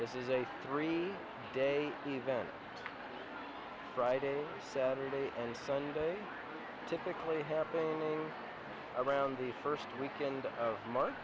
this is a three day event friday saturday and sunday typically happening around the first weekend of m